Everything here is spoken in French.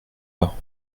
pas